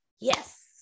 Yes